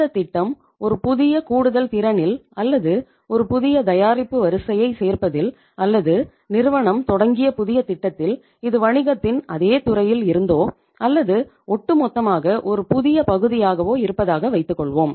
இந்தத் திட்டம் ஒரு புதிய கூடுதல் திறனில் அல்லது ஒரு புதிய தயாரிப்பு வரியைச் சேர்ப்பதில் அல்லது நிறுவனம் தொடங்கிய புதிய திட்டத்தில் இது வணிகத்தின் அதே துறையில் இருந்தோ அல்லது ஒட்டுமொத்தமாக ஒரு புதிய பகுதியாகவோ இருப்பதாக வைத்துக்கொள்வோம்